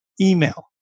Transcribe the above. email